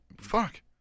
fuck